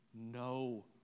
No